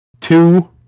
two